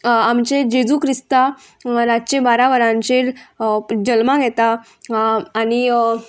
आमचे जेजू क्रिस्तां रातचे बारा वरांचेर जल्माक येता आनी